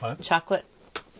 Chocolate